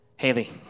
Haley